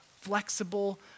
flexible